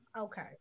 okay